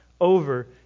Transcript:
over